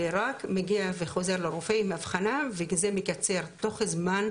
ורק מגיע וחוזר לרופא עם אבחנה וזה מקצר תוך זמן,